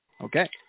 Okay